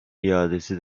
iadesi